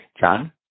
John